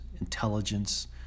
intelligence